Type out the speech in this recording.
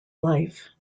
life